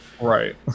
Right